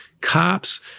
cops—